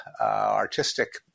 artistic